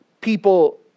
People